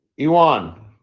Iwan